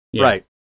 Right